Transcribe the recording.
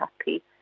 happy